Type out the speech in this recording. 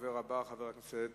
הדובר הבא, חבר הכנסת